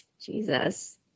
Jesus